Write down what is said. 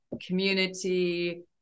community